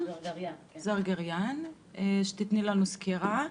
זרגריאן, סקירה.